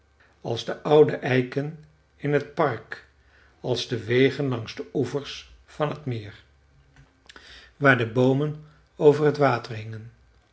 als de oude eiken in t park als de wegen langs de oevers van t meer waar de boomen over t water hingen